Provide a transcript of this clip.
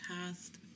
past